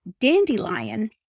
Dandelion